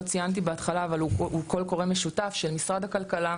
לא ציינתי בהתחלה אבל הוא קול קורא משותף של משרד הכלכלה,